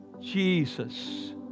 Jesus